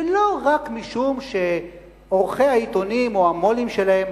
ולא רק משום שעורכי העיתונים או המו"לים שלהם